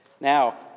Now